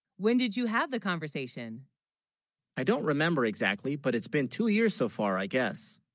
when did you have the conversation i don't remember exactly but it's been two years so far i guess